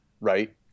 right